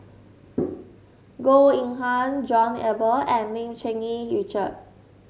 Goh Eng Han John Eber and Lim Cherng Yih Richard